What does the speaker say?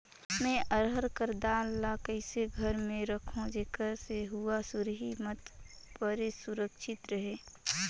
मैं अरहर कर दाल ला कइसे घर मे रखों जेकर से हुंआ सुरही मत परे सुरक्षित रहे?